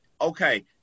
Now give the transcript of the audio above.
Okay